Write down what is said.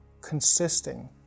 consisting